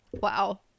Wow